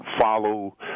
follow